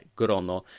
grono